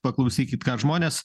paklausykit ką žmonės